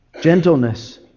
gentleness